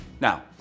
Now